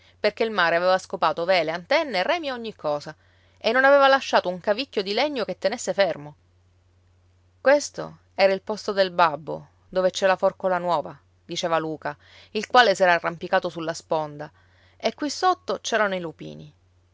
perché il mare aveva scopato vele antenne remi e ogni cosa e non aveva lasciato un cavicchio di legno che tenesse fermo questo era il posto del babbo dove c'è la forcola nuova diceva luca il quale s'era arrampicato sulla sponda e qui sotto c'erano i lupini